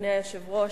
אדוני היושב-ראש,